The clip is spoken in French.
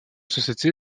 société